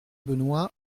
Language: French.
benoit